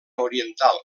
oriental